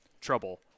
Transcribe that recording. trouble